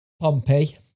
Pompey